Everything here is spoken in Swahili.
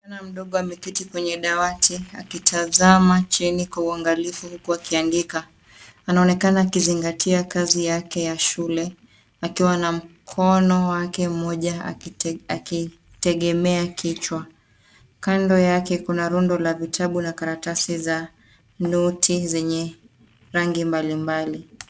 Msichana mdogo ameketi kwenye dawati akitazama chini kwa uangalifu huku akiandika. Anaonekana akizingatia kazi yake ya shule akiwa na mkono wake mmoja akitegemea kichwa. Kando yake kuna rundo la vitabu na karatasi za noti zenye rangi mbalimbali.